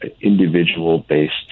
individual-based